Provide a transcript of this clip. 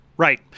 Right